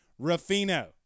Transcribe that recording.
Rafino